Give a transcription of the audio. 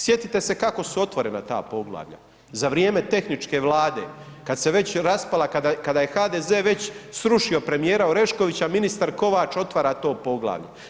Sjetite se kako su otvorena ta poglavlja, za vrijeme tehničke Vlade, kad se već raspala, kada je HDZ već srušio premijera Oreškovića, ministar Kovač otvara to poglavlje.